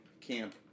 camp